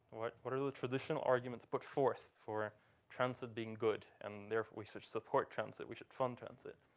what are the traditional arguments put forth for transit being good and therefore we should support transit, we should fund transit?